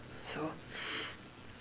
so